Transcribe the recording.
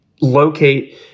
locate